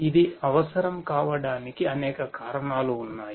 ఇది అవసరం కావడానికి అనేక కారణాలు ఉన్నాయి